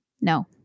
No